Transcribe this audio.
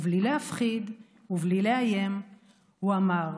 ובלי להפחיד ובלי לאיים הוא אמר: